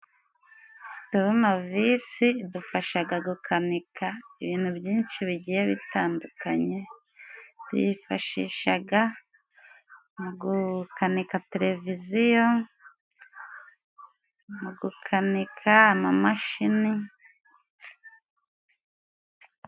Turunevisi idufashaga gukanika ibintu byinshi bigiye bitandukanye, tuyifashishaga mu gukanika televiziyo, mu gukanika amamashini.